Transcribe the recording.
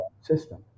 system